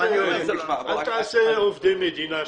אל תעשה עובדי מדינה שקרנים.